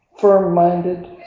Firm-minded